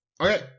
Okay